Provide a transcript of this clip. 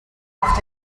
auf